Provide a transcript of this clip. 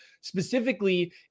specifically